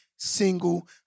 single